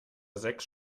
sechs